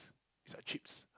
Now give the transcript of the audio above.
it's like chips